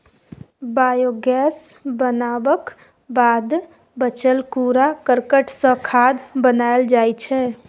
biogas बनबाक बाद बचल कुरा करकट सँ खाद बनाएल जाइ छै